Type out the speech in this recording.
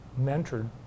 mentored